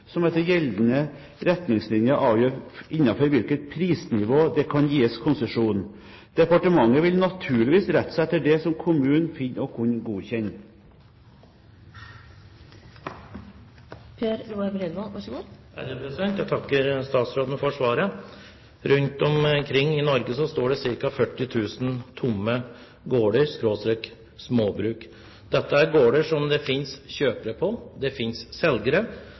som etter gjeldende retningslinjer avgjør innenfor hvilket prisnivå det kan gis konsesjon. Departementet vil naturligvis rette seg etter det som kommunen finner å kunne godkjenne. Jeg takker statsråden for svaret. Rundt omkring i Norge står det ca. 40 000 tomme gårder/småbruk. Dette er gårder som det finnes kjøpere til, og det finnes selgere.